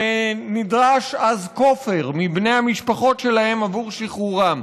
ונדרש אז כופר מבני המשפחות שלהם בעבור שחרורם.